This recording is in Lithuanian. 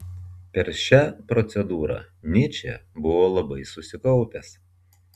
per šią procedūrą nyčė buvo labai susikaupęs